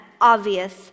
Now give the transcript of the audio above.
obvious